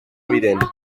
evident